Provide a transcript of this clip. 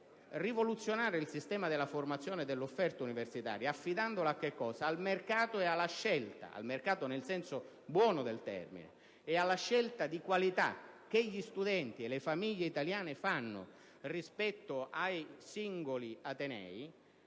rivoluzionare il sistema della formazione e dell'offerta universitaria, affidandola al mercato (nel senso buono del termine) e alla scelta di qualità che gli studenti e le famiglie italiane fanno rispetto ai singoli atenei: